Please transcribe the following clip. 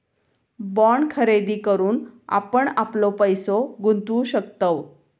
bond खरेदी करून आपण आपलो पैसो गुंतवु शकतव